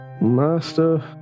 Master